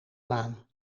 maan